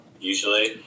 usually